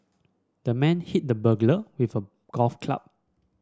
the man hit the burglar with a golf club